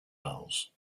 vowels